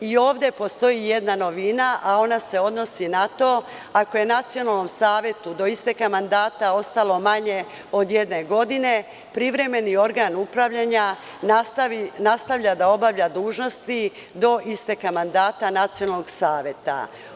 I ovde postoji jedna novina, a ona se odnosi na to da, ako je nacionalnom savetu do isteka mandata ostalo manje od jedne godine, privremeni organ upravljanja nastavlja da obavlja dužnosti do isteka mandata nacionalnog saveta.